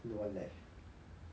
no one left